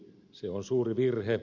se on suuri virhe